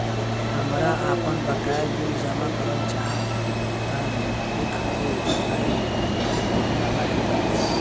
हमरा आपन बाकया बिल जमा करल चाह तनि देखऽ के बा ताई केतना बाकि बा?